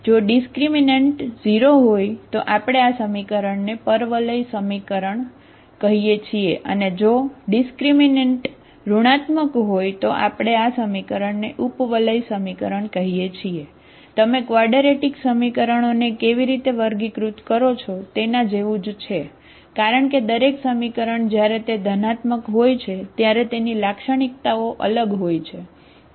મારી પાસે ∆ આ છે જો ∆ 0 હોય તો આપણે આ સમીકરણને અતિવલય સમીકરણ હોય છે ત્યારે તેની લાક્ષણિકતાઓ અલગ હોય છે બરાબર